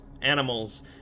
animals